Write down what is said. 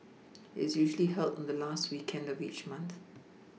it's usually held on the last weekend of each month